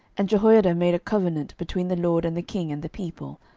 and jehoiada made a covenant between the lord and the king and the people,